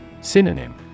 Synonym